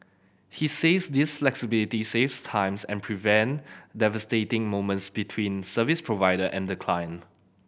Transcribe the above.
he says this flexibility saves times and prevent devastating moments between service provider and the client